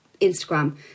Instagram